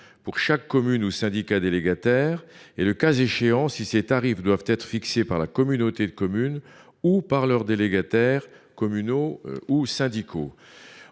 pour chaque commune ou syndicat délégataire et, le cas échéant, si ces tarifs doivent être fixés par la communauté de communes ou par les délégataires communaux ou syndicaux.